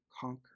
conquer